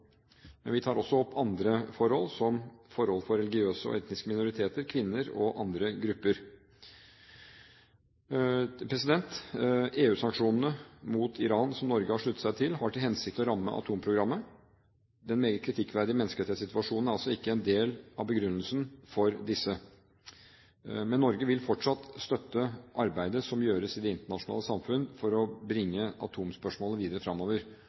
Men vi tar også opp andre forhold, som forhold for religiøse og etniske minoriteter, kvinner og andre grupper. EU-sanksjonene mot Iran, som Norge har sluttet seg til, har til hensikt å ramme atomprogrammet. Den meget kritikkverdige menneskerettighetssituasjonen er altså ikke en del av begrunnelsen for disse. Men Norge vil fortsatt støtte arbeidet som gjøres i det internasjonale samfunn for å bringe atomspørsmålet videre